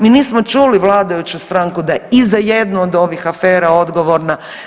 Mi nismo čuli vladajuću stranku da je i za jednu od ovih afera odgovorna.